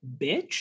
bitch